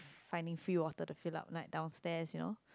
finding free water to fill up like downstairs you know